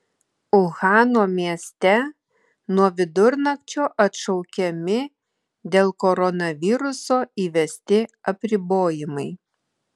uhano mieste nuo vidurnakčio atšaukiami dėl koronaviruso įvesti apribojimai